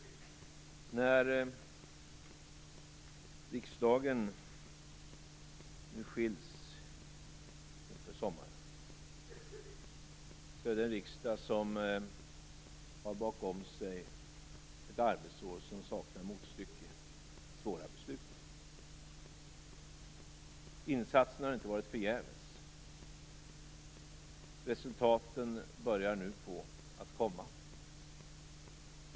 När riksdagen nu skiljs inför sommaren är det en riksdag som har bakom sig ett arbetsår som saknar motstycke av svåra beslut. Insatserna har inte varit förgäves. Resultaten börjar nu på att komma.